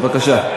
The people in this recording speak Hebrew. בבקשה.